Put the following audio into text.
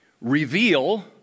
reveal